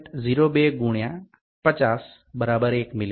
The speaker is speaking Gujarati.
02 ગુણ્યા 50 બરાબર 1 મીમી